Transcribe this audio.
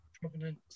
provenance